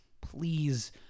please